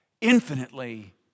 infinitely